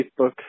Facebook